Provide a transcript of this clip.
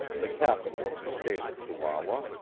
the capital of the state of chihuahua,